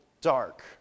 dark